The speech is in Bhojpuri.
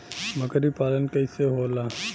बकरी पालन कैसे होला?